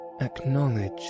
Acknowledge